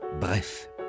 Bref